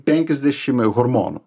penkiasdešim hormonų